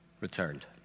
returned